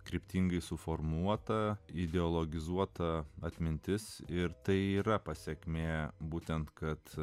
kryptingai suformuotą ideologizuotą atmintis ir tai yra pasekmė būtent kad